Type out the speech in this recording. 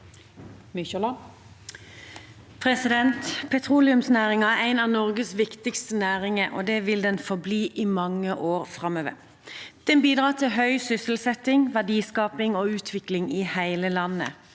Petroleums- næringen er en av Norges viktigste næringer, og det vil den forbli i mange år framover. Den bidrar til høy sysselsetting, verdiskaping og utvikling i hele landet.